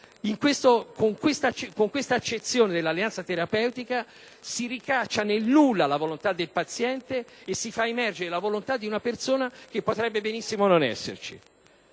Con questa accezione dell'alleanza terapeutica si annulla la volontà del paziente e si fa emergere la volontà di una persona che potrebbe benissimo non esserci.